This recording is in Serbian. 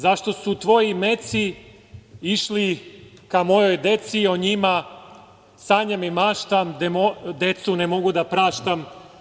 Zašto su tvoji meci išli ka mojoj deci, o njima sanjam i maštam, decu ne mogu da praštam“